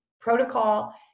protocol